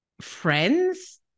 friends